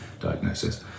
diagnosis